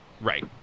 Right